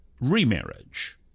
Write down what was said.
remarriage